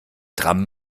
tram